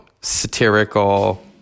satirical